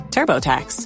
TurboTax